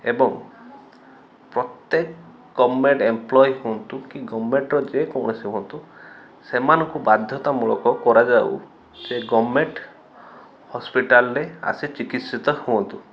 ଏବଂ ପ୍ରତ୍ୟେକ government employee ହୁଅନ୍ତୁ କି ଗଭର୍ଣ୍ଣମେଣ୍ଟର ଯେକୌଣସି ହୁଅନ୍ତୁ ସେମାନୁକୁ ବାଧ୍ୟତାମୂଳକ କରାଯାଉ କି ଗଭର୍ଣ୍ଣମେଣ୍ଟ ହସ୍ପିଟାଲରେ ଆସି ଚିକିତ୍ସିତ ହୁଅନ୍ତୁ